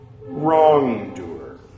wrongdoer